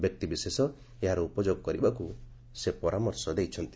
ବ୍ୟକ୍ତି ବିଶେଷ ଏହାର ଉପଯୋଗ କରିବାକୁ ସେ ପରାମର୍ଶ ଦେଇଛନ୍ତି